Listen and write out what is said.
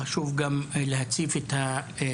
חשוב גם להציף את הנתונים.